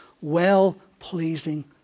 well-pleasing